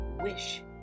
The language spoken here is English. Wish